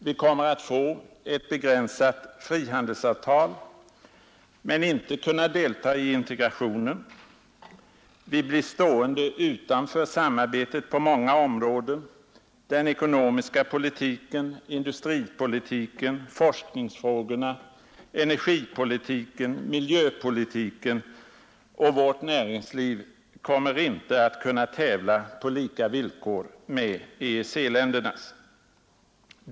Vi kommer att få ett begränsat frihandelsavtal men inte kunna delta i integrationen, vi blir stående utanför samarbetet på många områden — den ekonomiska politiken, industripolitiken, forskningsfrågorna, energipolitiken, miljöpolitiken — och vårt näringsliv kommer inte att kunna tävla på lika villkor med EEC-ländernas.